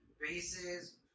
bases